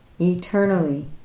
eternally